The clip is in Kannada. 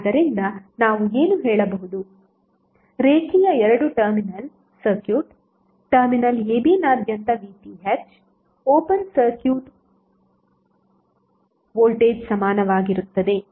ಆದ್ದರಿಂದ ನಾವು ಏನು ಹೇಳಬಹುದು ರೇಖೀಯ ಎರಡು ಟರ್ಮಿನಲ್ ಸರ್ಕ್ಯೂಟ್ ಟರ್ಮಿನಲ್ abನಾದ್ಯಂತ VThಓಪನ್ ಸರ್ಕ್ಯೂಟ್ ವೋಲ್ಟೇಜ್ಸಮಾನವಾಗಿರುತ್ತದೆ